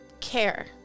Care